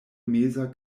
meza